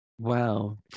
Wow